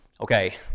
Okay